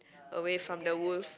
away from the wolf